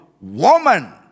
woman